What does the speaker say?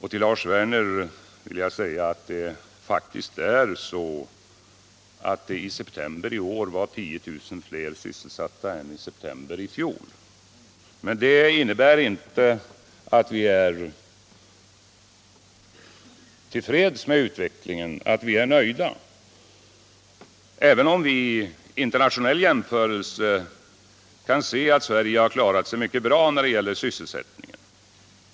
Till Lars Werner vill jag säga att det i september i år faktiskt var 10 000 fler sysselsatta än i september i fjol. Men det innebär inte att vi är tillfreds med utvecklingen, att vi är nöjda — även om vi i en internationell jämförelse kan se att Sverige har klarat sig mycket bra när det gäller sysselsättningen.